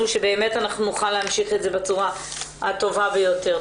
שבאמת נוכל להמשיך את זה בצורה הטובה ביותר.